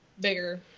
bigger